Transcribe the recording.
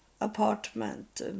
apartment